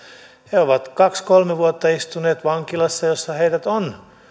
he ovat kaksi kolme vuotta istuneet vankilassa jossa heidät on